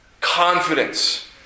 Confidence